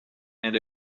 and